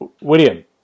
William